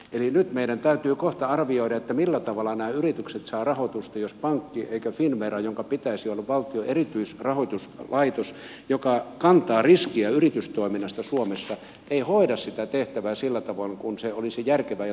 eli meidän täytyy kohta arvioida millä tavalla nämä yritykset saavat rahoitusta jos pankki eikä finnvera jonka pitäisi olla valtion erityisrahoituslaitos joka kantaa riskiä yritystoiminnasta suomessa hoida sitä tehtävää sillä tavoin kuin se olisi järkevää ja tarkoituksenmukaista